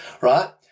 right